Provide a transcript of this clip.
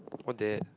what that